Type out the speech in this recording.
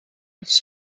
its